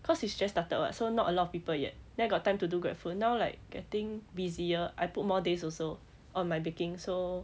cause it's just started [what] so not a lot of people yet then I got time to do grab food now like getting busier I put more days also on my baking so